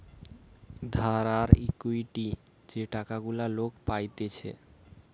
ধার আর ইকুইটি যে টাকা গুলা লোক পাইতেছে